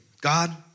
God